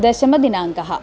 दशमदिनाङ्कः